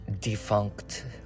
defunct